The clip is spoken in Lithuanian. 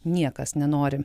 niekas nenori